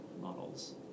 models